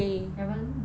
haven't been